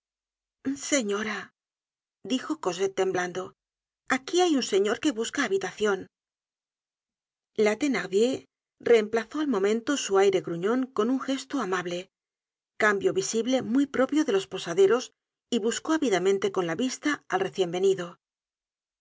señora dijo cosette temblando aquí hay un señor que busca habitacion la thenardier reemplazó al momento su aire gruñon con un gesto amable cambio visible muy propio de los posaderos y buscó ávidamente con la vista al recien venido